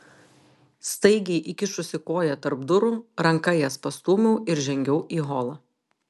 staigiai įkišusi koją tarp durų ranka jas pastūmiau ir žengiau į holą